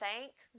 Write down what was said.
Thank